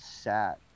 sat